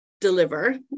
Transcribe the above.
deliver